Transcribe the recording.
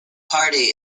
party